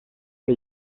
que